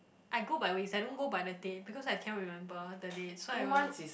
I go by weeks I don't go by the day because I cannot remember the day so I will